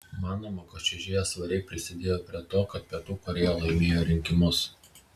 manoma kad čiuožėja svariai prisidėjo prie to kad pietų korėja laimėjo rinkimus